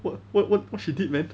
what what what what she did man